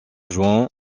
juan